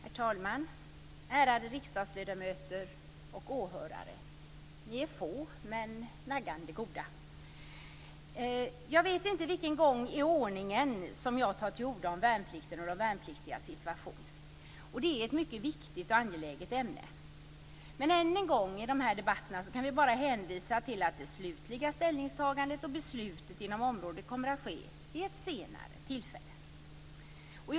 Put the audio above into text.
Herr talman! Ärade riksdagsledamöter och åhörare! Ni är få, men naggande goda. Jag vet inte för vilken gång i ordningen som jag tar till orda om värnplikten och de värnpliktigas situation. Det är ett mycket viktigt och angeläget ämne. Men än en gång i de här debatterna kan vi bara hänvisa till att det slutliga ställningstagandet och beslutet inom området kommer att ske vid ett senare tillfälle.